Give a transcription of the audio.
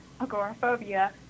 agoraphobia